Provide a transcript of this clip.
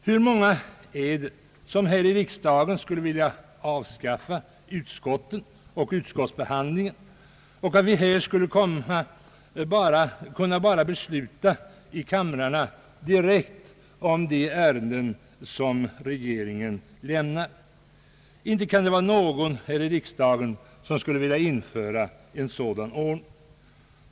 Hur många i riksdagen skulle vilja avskaffa utskotten och utskottisbehand lingen, så att vi här i kamrarna bara skulle fatta våra beslut direkt om de förslag som lämnas av regeringen? Inte kan det vara någon här i riksdagen som vill införa en sådan ordning.